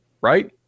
right